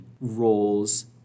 roles